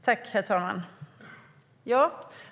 Herr talman!